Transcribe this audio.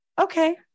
okay